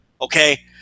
okay